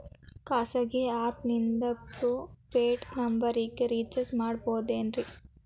ಖಾಸಗಿ ಆ್ಯಪ್ ನಿಂದ prepaid ನಂಬರಿಗ ರೇಚಾರ್ಜ್ ಮಾಡಬಹುದೇನ್ರಿ?